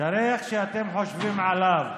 תראה מה שאתם חושבים עליו: